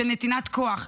של נתינת כוח,